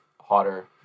hotter